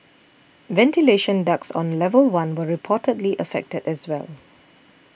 ventilation ducts on level one were reportedly affected as well